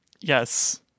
yes